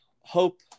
hope